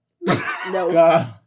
No